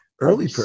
early